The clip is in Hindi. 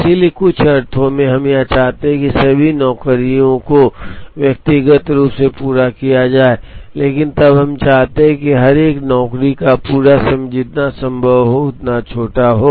इसलिए कुछ अर्थों में हम चाहते हैं कि सभी नौकरियों को व्यक्तिगत रूप से पूरा किया जाए लेकिन तब हम चाहते हैं कि हर एक नौकरी का पूरा समय जितना संभव हो उतना छोटा हो